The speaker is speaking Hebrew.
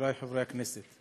חברי חברי הכנסת,